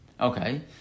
Okay